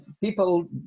People